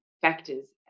factors